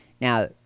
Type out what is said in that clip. now